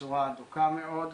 בצורה הדוקה מאוד.